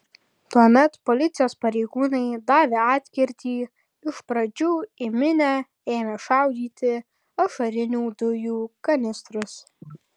tuomet policijos pareigūnai davė atkirtį iš pradžių į minią ėmė šaudyti ašarinių dujų kanistrus